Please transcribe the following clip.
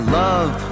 love